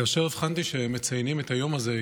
כאשר הבחנתי שמציינים את היום הזה,